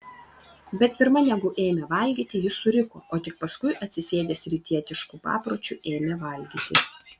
bet pirma negu ėmė valgyti jis suriko o tik paskiau atsisėdęs rytietišku papročiu ėmė valgyti